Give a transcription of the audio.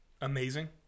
amazing